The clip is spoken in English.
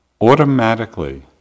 automatically